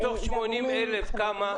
מתוך 80,000 כמה?